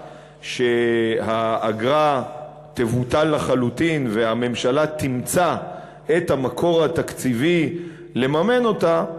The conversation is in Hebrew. שהאגרה תבוטל לחלוטין והממשלה תמצא את המקור התקציבי לממן אותה,